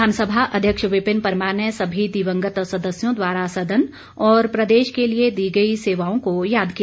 विधानसभा अध्यक्ष विपिन परमार ने सभी दिवंगत सदस्यों द्वारा सदन और प्रदेश के लिए दी गई सेवाओं को याद किया